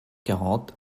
quarante